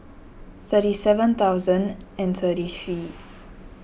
thirty seven thousand and thirty three